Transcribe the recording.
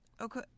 okay